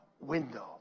window